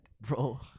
Bro